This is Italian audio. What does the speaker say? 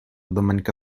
domenica